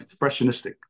expressionistic